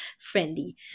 friendly